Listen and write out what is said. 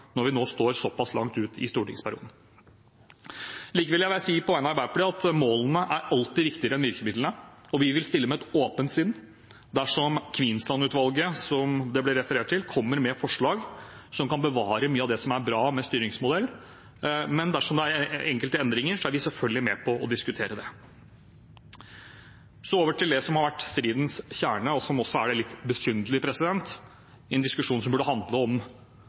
når vi nå er såpass langt ute i stortingsperioden. Likevel vil jeg si på vegne av Arbeiderpartiet at målene er alltid viktigere enn virkemidlene, og vi vil stille med et åpent sinn dersom Kvinnsland-utvalget, som det ble referert til, kommer med forslag som kan bevare mye av det som er bra med styringsmodellen. Men dersom det kommer forslag om enkelte endringer, er vi selvfølgelig med på å diskutere det. Så over til det som har vært stridens kjerne, og som også er litt besynderlig i en diskusjon som burde handle om